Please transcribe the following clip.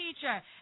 teacher